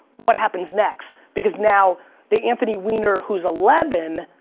what happens next? because now the anthony wiener who's eleven